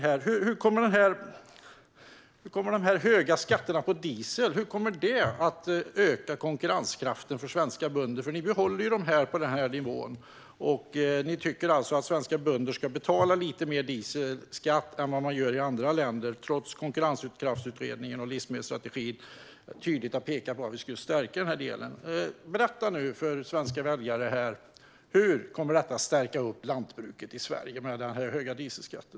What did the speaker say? Hur kommer de höga skatterna på diesel att öka konkurrenskraften för svenska bönder? Ni behåller ju dessa skatter på samma nivå och tycker alltså att svenska bönder ska betala lite mer dieselskatt än vad man gör i andra länder, trots att Konkurrenskraftsutredningen och livsmedelsstrategin tydligt har pekat på att vi ska stärka denna del. Berätta nu för svenska väljare hur den höga dieselskatten kommer att stärka lantbruket i Sverige!